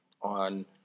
on